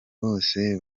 bose